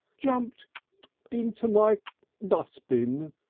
jumped into my dus'bin!